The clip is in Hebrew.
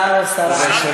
שר או שרה.